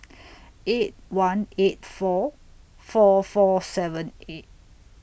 eight one eight four four four seven eight